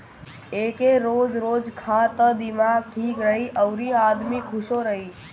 एके रोज रोज खा त दिमाग ठीक रही अउरी आदमी खुशो रही